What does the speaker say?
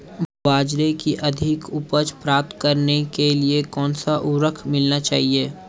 बाजरे की अधिक उपज प्राप्त करने के लिए कौनसा उर्वरक मिलाना चाहिए?